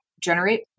generate